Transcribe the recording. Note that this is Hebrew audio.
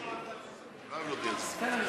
חייב להודיע על זה.